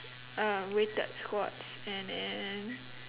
um weighted squats and then